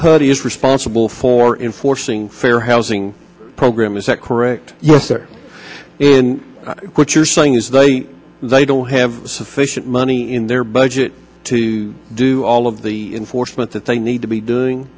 hurdy is responsible for enforcing fair housing program is that correct in what you're saying is they they don't have sufficient money in their budget to do all of the enforcement that they need to be doing